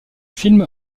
film